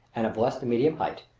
and of less than medium height,